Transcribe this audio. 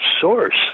source